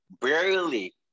barely